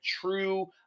true